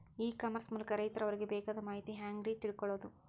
E commerce ಮೂಲಕ ರೈತರು ಅವರಿಗೆ ಬೇಕಾದ ಮಾಹಿತಿ ಹ್ಯಾಂಗ ರೇ ತಿಳ್ಕೊಳೋದು?